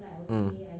mm